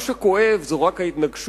מה שכואב זה רק ההתנגשות